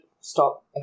stop